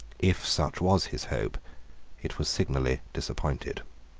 if such was his hope it was signally disappointed.